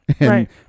right